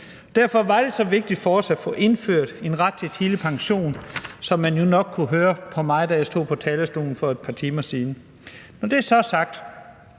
Derfor var det så vigtigt for os at få indført en ret til tidlig pension, som man jo nok kunne høre på mig, da jeg stod på talerstolen for et par timer siden. Når det så er sagt,